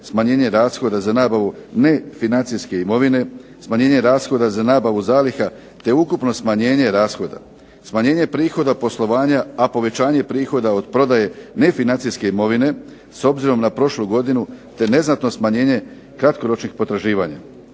smanjenje rashoda za nabavu nefinancijske imovine, smanjenje rashoda za nabavu zaliha te ukupno smanjenje rashoda, smanjenje prihoda poslovanja, a povećanje prihoda od prodaje nefinancijske imovine s obzirom na prošlu godinu te neznatno smanjenje kratkoročnih potraživanja.